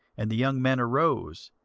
and the young men arose,